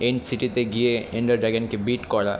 এনসিটিতে গিয়ে এন্ডার ড্রাগেনকে বিট করা